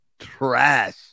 Trash